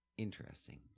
Interesting